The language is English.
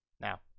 Now